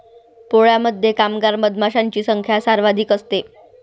पोळ्यामध्ये कामगार मधमाशांची संख्या सर्वाधिक असते